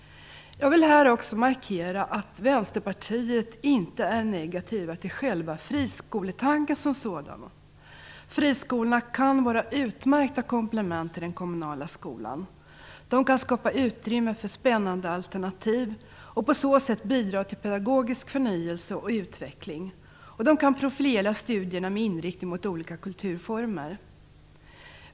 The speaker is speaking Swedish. Jag vill markera att vi inom Vänsterpartiet inte är negativa till själva friskoletanken som sådan. Friskolorna kan vara utmärkta komplement till den kommunala skolan. De kan skapa utrymme för spännande alternativ och på så sätt bidra till pedagogisk förnyelse och utveckling. De kan profilera studierna med inriktning mot olika kulturformer.